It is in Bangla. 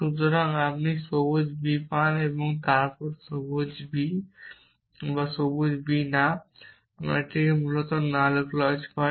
সুতরাং আপনি সবুজ b পান এবং তারপর আমরা সবুজ b বা সবুজ b না এবং এর থেকে আমরা মূলত নাল ক্লজ পাই